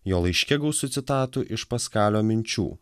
jo laiške gausu citatų iš paskalio minčių